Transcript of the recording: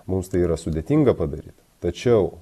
mums tai yra sudėtinga padaryt tačiau